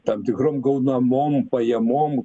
tam tikrom gaunamom pajamom